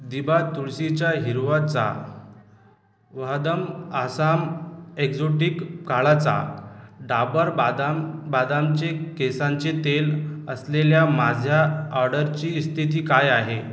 दिवा तुळशीच्या हिरवा चा वहदम आसाम एक्झोटिक काळा चा डाबर बादाम बादामचे केसांचे तेल असलेल्या माझ्या ऑडरची स्थिती काय आहे